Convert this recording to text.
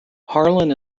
harlan